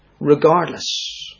Regardless